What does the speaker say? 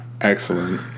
excellent